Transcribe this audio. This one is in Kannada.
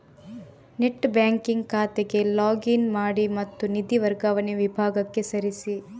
ನೆಟ್ ಬ್ಯಾಂಕಿಂಗ್ ಖಾತೆಗೆ ಲಾಗ್ ಇನ್ ಮಾಡಿ ಮತ್ತು ನಿಧಿ ವರ್ಗಾವಣೆ ವಿಭಾಗಕ್ಕೆ ಸರಿಸಿ